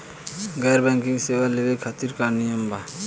गैर बैंकिंग सेवा लेवे खातिर का नियम बा?